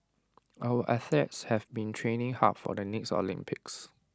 our athletes have been training hard for the next Olympics